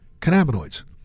cannabinoids